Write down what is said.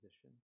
position